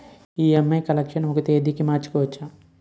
EMI collection ఒక తేదీ మార్చుకోవచ్చా?